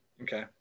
Okay